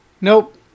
nope